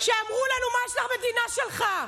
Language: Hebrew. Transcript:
כשאמרו לנו: מה יש למדינה שלך.